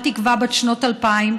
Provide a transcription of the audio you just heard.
אותה תקווה בת שנות אלפיים,